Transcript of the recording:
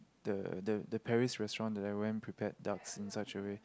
the the the Paris restaurant they always prepare ducks in such a way